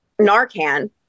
Narcan